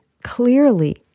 clearly